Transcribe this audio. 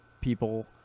people